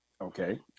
okay